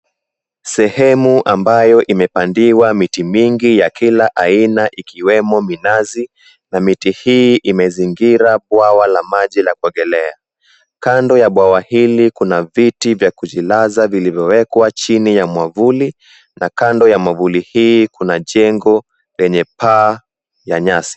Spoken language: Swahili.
Sehemu ambayo imepandiwa miti mingi ya kila aina ikiwemo minazi na miti hii imezingira bwawa la maji ya kuogelea. Kando ya bwawa hili, kuna viti vya kujilaza vilivyowekwa chini ya mwavuli na kando ya mwavuli hii kuna jengo yenye paa ya nyasi.